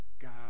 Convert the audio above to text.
God